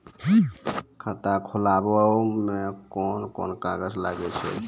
खाता खोलावै मे कोन कोन कागज लागै छै?